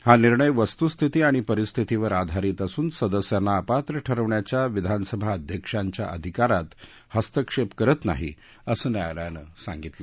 हा निर्णय वस्तूस्थिती आणि परिस्थितीवर आधारित असून सदस्यांना अपात्र ठरवण्याच्या विधानसभा अध्यक्षांच्या अधिकारात हस्तक्षेप करत नाही असं न्यायालयानं सांगितलं